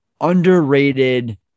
underrated